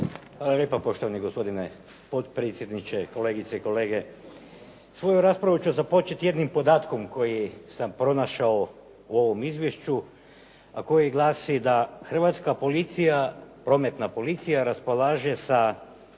Hvala lijepa. Poštovani gospodine potpredsjedniče, kolegice i kolege. Svoju raspravu ću započeti jednim podatkom koji sam pronašao u ovom izvješću a koji glasi da hrvatska policija, prometna policija raspolaže sa